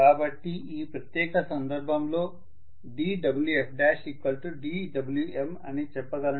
కాబట్టి ఈ ప్రత్యేక సందర్భంలో dWfdWm అని చెప్పగలను